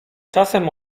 czasem